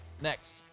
next